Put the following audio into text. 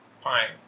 Fine